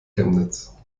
chemnitz